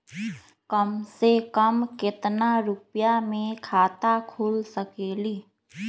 कम से कम केतना रुपया में खाता खुल सकेली?